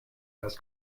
has